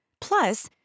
plus